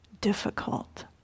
difficult